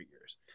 years